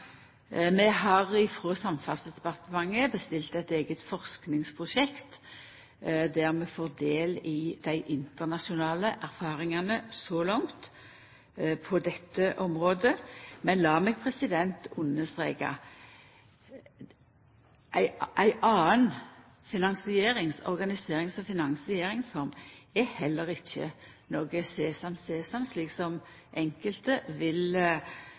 statlege samferdselsprosjekt på. Samferdselsdepartementet har bestilt eit eige forskingsprosjekt der vi får del i dei internasjonale erfaringane så langt på dette området. Men lat meg understreka: Ei anna organiserings- og finansieringsform er heller ikkje noko sesam sesam, slik enkelte vil